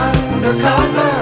Undercover